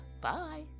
Bye